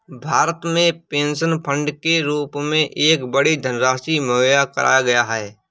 भारत में pension fund के रूप में एक बड़ी धनराशि मुहैया कराया गया है